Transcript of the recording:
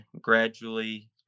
gradually